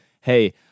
hey